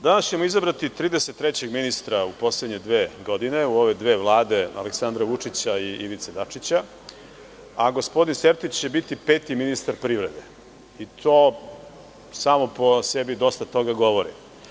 Danas ćemo izabrati 33 ministra u poslednje dve godine, u ove dve Vlade Aleksandra Vučića i Ivice Dačića, a gospodine Sertić će biti peti ministar privrede i to samo po sebi dosta toga govori.